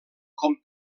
com